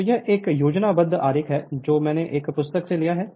तो यह एक योजनाबद्ध आरेख है जो मैंने एक पुस्तक से लिया है